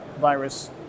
virus